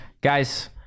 Guys